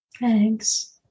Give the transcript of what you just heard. Thanks